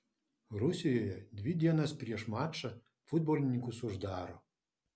rusijoje dvi dienas prieš mačą futbolininkus uždaro